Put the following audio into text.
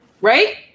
Right